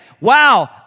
Wow